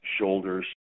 shoulders